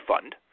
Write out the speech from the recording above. fund